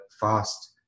fast